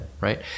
right